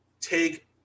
take